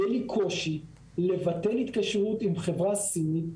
יהיה לי קושי לבטל התקשרות עם חברה סינית,